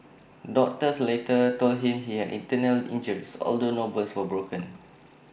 doctors later told him he had internal injuries although no bones were broken